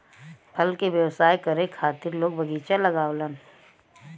फल के व्यवसाय करे खातिर लोग बगीचा लगावलन